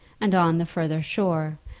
and on the further shore,